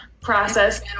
process